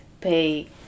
pay